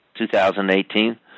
2018